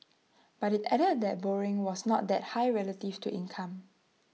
but IT added that borrowing was not that high relative to income